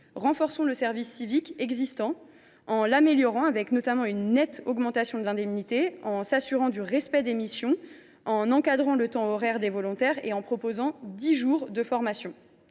Renforçons le service civique existant et améliorons le dispositif, en augmentant nettement l’indemnité, en nous assurant du respect des missions, en encadrant le temps horaire des volontaires et en proposant dix jours de formation.